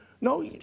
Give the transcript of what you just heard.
No